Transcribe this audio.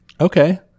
Okay